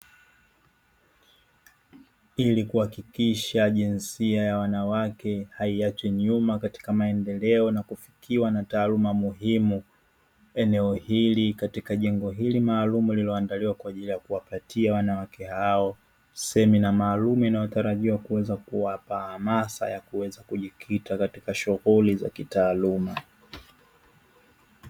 Ili kuhakikisha jinsia ya wanawake haichwi nyuma katika maendeleo na kufukiwa na taaluma muhimu, eneo hili katika jengo hili maalumu lililoandaliwa kwa ajili ya kuwapatia wanawake hao semina maalumu inayotarajiwa kuweza kuwapa hamasa ya kuweza kujikita katika shughuli za kitaaluma.